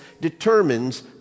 determines